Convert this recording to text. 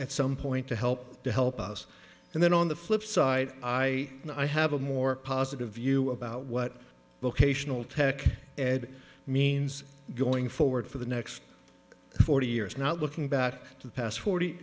at some point to help to help us and then on the flip side i know i have a more positive view about what vocational tech ed means going forward for the next forty years not looking back to the past forty